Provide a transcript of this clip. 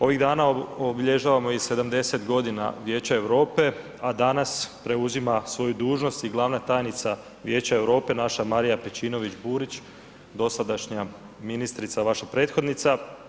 Ovih dana obilježavamo i 70 godina Vijeća Europe, a danas preuzima svoju dužnost i glavna tajnica Vijeća Europe naša Marija Pejčinović Burić, dosadašnja ministrica, vaša prethodnica.